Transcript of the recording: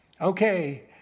Okay